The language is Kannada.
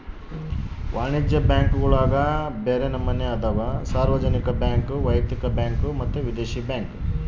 ವಾಣಿಜ್ಯ ಬ್ಯಾಂಕುಗುಳಗ ಬ್ಯರೆ ನಮನೆ ಅದವ, ಸಾರ್ವಜನಿಕ ಬ್ಯಾಂಕ್, ವೈಯಕ್ತಿಕ ಬ್ಯಾಂಕ್ ಮತ್ತೆ ವಿದೇಶಿ ಬ್ಯಾಂಕ್